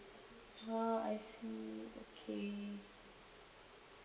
ah I see okay